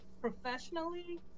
professionally